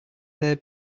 their